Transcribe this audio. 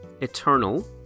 Eternal